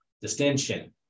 distension